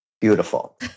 Beautiful